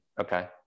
okay